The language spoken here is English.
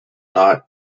not